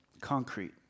Concrete